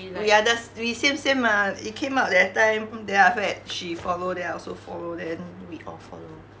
we are the s~ we same same mah it came out that time hmm then after that she follow then I also follow then we all follow